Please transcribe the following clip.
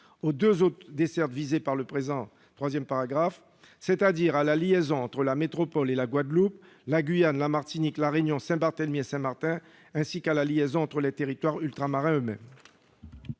aux deux autres dessertes visées par le présent 3°, c'est-à-dire à la liaison entre la métropole et la Guadeloupe, la Guyane, la Martinique, La Réunion, Saint-Barthélemy et Saint-Martin, ainsi qu'à la liaison entre les territoires ultramarins eux-mêmes.